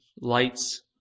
lights